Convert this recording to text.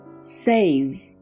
save